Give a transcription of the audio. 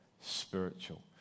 Spiritual